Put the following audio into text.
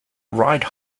ride